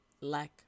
lack